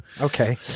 Okay